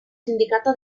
sindicato